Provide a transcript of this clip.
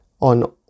on